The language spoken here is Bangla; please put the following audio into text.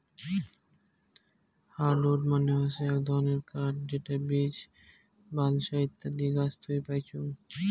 হার্ডউড মানে হসে আক ধরণের কাঠ যেটা বীচ, বালসা ইত্যাদি গাছ থুই পাইচুঙ